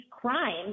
crimes